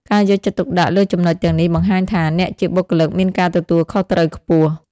ការយកចិត្តទុកដាក់លើចំណុចទាំងនេះបង្ហាញថា អ្នកជាបុគ្គលិកមានការទទួលខុសត្រូវខ្ពស់។